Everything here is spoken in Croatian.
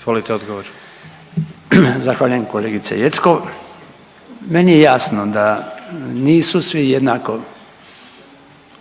Branko (HDZ)** Zahvaljujem kolegice Jeckov. Meni je jasno da nisu svi jednako